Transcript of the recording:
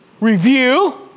review